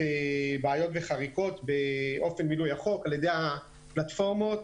בעיות וחריקות באופן מילוי החוק על ידי הפלטפורמות,